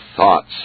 thoughts